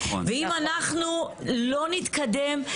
ואם אנחנו לא נתקדם,